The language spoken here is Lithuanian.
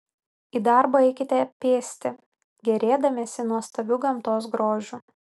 į darbą eikite pėsti gėrėdamiesi nuostabiu gamtos grožiu